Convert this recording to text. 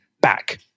back